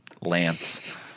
Lance